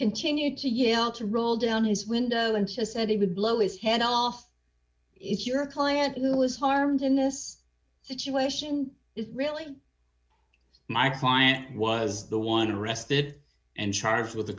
continued to yield to roll down his window and just said he would blow his head off if your client who was harmed in this situation is really my client was the one arrested and charged